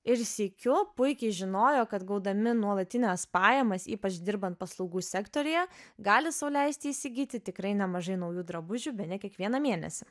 ir sykiu puikiai žinojo kad gaudami nuolatines pajamas ypač dirbant paslaugų sektoriuje gali sau leisti įsigyti tikrai nemažai naujų drabužių bene kiekvieną mėnesį